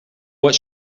what